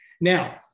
Now